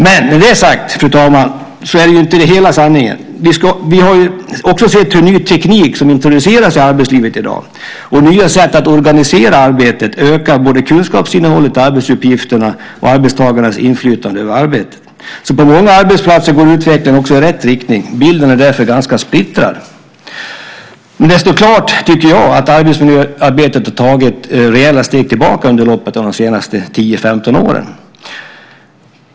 Men det är inte, fru talman, hela sanningen. Vi har också sett hur ny teknik som introduceras i arbetslivet och nya sätt att organisera arbetet ökar både kunskapsinnehållet i arbetsuppgifterna och arbetstagarnas inflytande över arbetet. På många arbetsplatser går utvecklingen i rätt riktning. Bilden är därför ganska splittrad. Men det står klart, tycker jag, att arbetsmiljöarbetet har tagit rejäla steg tillbaka under loppet av de senaste 10-15 åren.